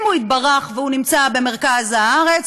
אם הוא התברך והוא נמצא במרכז הארץ,